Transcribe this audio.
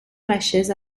lachaise